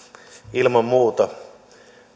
ilman muuta